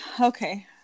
Okay